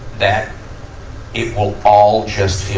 that it will all just